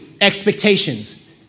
expectations